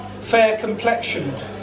fair-complexioned